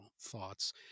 thoughts